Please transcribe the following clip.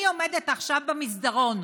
אני עומדת עכשיו במסדרון,